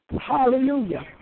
Hallelujah